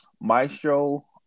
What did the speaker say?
Maestro